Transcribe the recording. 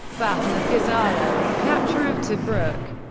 battle of gazala and capture of tobruk